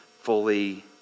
fully